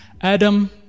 Adam